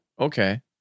okay